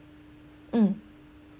mm